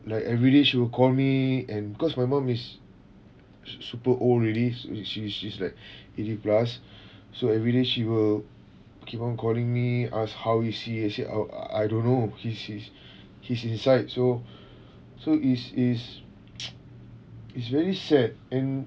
like everyday she will call me and cause my mum is s~ super old already she she's like eighty plus so every day she will keep on calling me ask how is he I said oh I don't know he's his his inside so so is is is very sad and